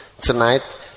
tonight